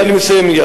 אני מסיים מייד.